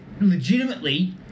legitimately